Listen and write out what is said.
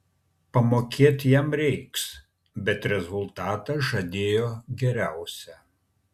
pamokėt jam reiks bet rezultatą žadėjo geriausią